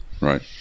Right